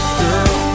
girl